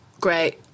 Great